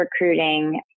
recruiting